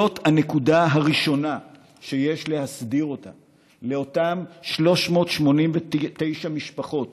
זאת הנקודה הראשונה שיש להסדיר לאותן 389 משפחות,